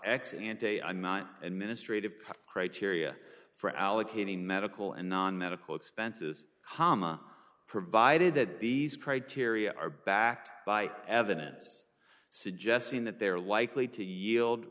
a i'm not in ministry to criteria for allocating medical and non medical expenses comma provided that these criteria are backed by evidence suggesting that they're likely to yield